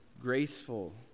graceful